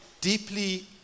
deeply